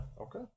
okay